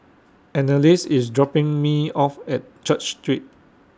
Anneliese IS dropping Me off At Church Street